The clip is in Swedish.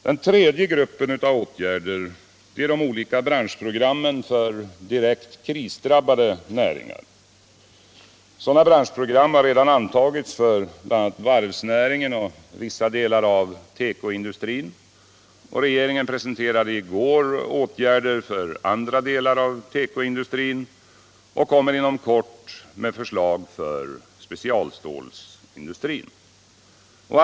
Den tredje gruppen av åtgärder är de olika branschprogrammen för direkt krisdrabbade näringar. Sådana branschprogram har redan antagits för bl.a. varvsnäringen och vissa delar av tekoindustrin. Regeringen presenterade i går åtgärder för andra delar av tekoindustrin och kommer inom kort att lägga fram förslag till åtgärder för andra delar av tekoindustrin och för specialstålindustrin.